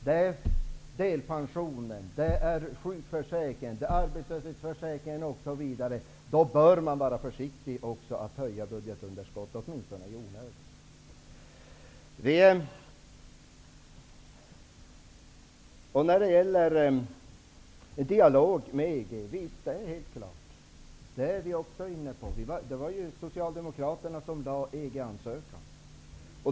Det gäller delpensionen, sjukförsäkringen, arbetslöshetsförsäkringen, osv. Då bör man vara försiktig också med att höja budgetunderskottet, åtminstone i onödan. Vi anser också att man skall föra en dialog med EG. Det var ju Socialdemokraterna som lämnade in EG-ansökan.